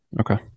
Okay